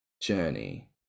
journey